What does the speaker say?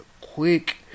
quick